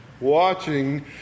watching